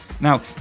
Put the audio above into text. Now